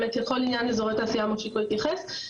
לכל עניין אזורי תעשייה מושיקו יתייחס,